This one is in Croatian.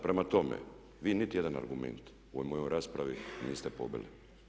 Prema tome, vi nitijedan argument u ovoj mojoj raspravi niste pobili.